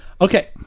okay